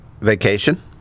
Vacation